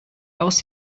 aus